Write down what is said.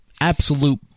absolute